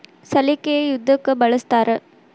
ಸಲಿಕೆ ಯದಕ್ ಬಳಸ್ತಾರ?